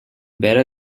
better